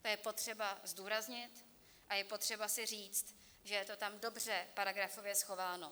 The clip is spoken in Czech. To je potřeba zdůraznit a je potřeba si říct, že je to tam dobře paragrafově schováno.